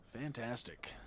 Fantastic